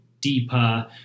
deeper